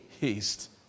haste